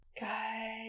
Guys